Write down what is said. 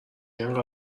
اینقدر